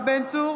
יואב בן צור,